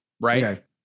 Right